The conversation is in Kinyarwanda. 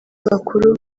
bakuru